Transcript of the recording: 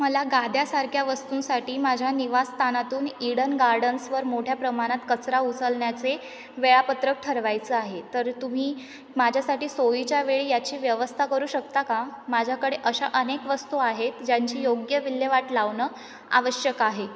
मला गाद्यासारख्या वस्तूंसाठी माझ्या निवासस्थानातून इडन गार्डन्सवर मोठ्या प्रमाणात कचरा उचलण्याचे वेळापत्रक ठरवायचं आहे तर तुम्ही माझ्यासाठी सोयीच्या वेळी याची व्यवस्था करू शकता का माझ्याकडे अशा अनेक वस्तू आहेत ज्यांची योग्य विल्हेवाट लावणे आवश्यक आहे